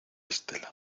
estela